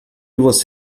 você